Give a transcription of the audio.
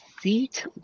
seat